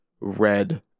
red